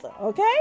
okay